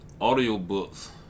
audiobooks